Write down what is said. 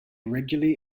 regularly